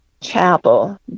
chapel